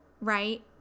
right